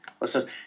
listen